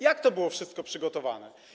Jak to było wszystko przygotowane?